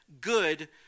good